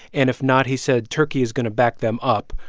and if not, he said, turkey is going to back them up.